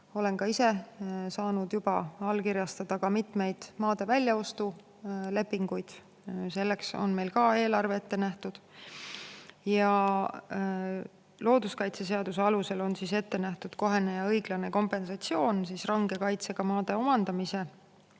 Olen ka ise saanud juba allkirjastada mitmeid maade väljaostu lepinguid. Selleks on meil ka eelarve ette nähtud. Looduskaitseseaduse alusel on ette nähtud kohene ja õiglane kompensatsioon range kaitsega maade omandamisel